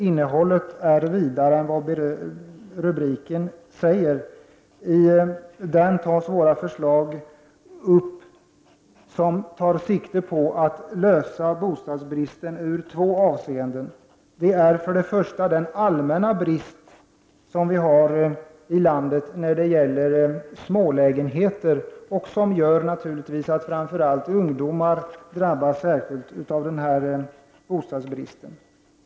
Innehållet är dock vidare än rubriken anger. I denna reservation tas våra förslag upp som tar sikte på att lösa bostadsbristen i två avseenden. Det gäller för det första den allmänna bristen på smålägenheter i landet, som naturligtvis gör att framför allt ungdomar drabbas.